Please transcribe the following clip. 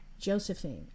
Josephine